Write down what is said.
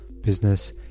business